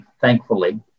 thankfully